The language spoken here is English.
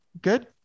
Good